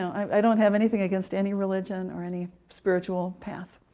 i don't have anything against any religion, or any spiritual path.